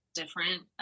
different